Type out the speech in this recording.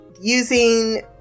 Using